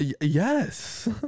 Yes